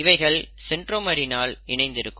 இவைகள் சென்ட்ரோமர்ரினால் இணைந்திருக்கும்